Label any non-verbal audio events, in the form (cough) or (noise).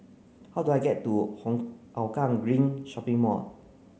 how do I get to (unintelligible) Hougang Green Shopping Mall